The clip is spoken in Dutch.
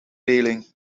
reling